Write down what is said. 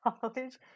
College